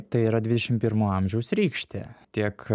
tai yra dvidešim pirmo amžiaus rykštė tiek